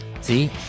See